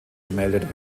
gemeldet